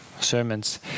sermons